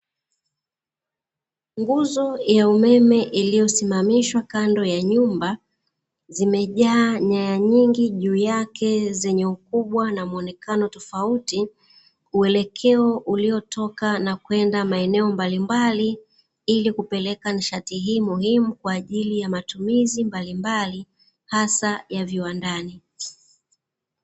Nguzo ya umeme iliyosimamishwa kando ya nyumba, zimejaa nyaya nyingi juu yake, zenye ukubwa na muonekano tofauti, uelekeo uliotoka na kwenda maeneo mbalimbali, ili kupeleka nishati hii muhimu kwa ajili ya matumizi mbalimbali hasa ya viwandani.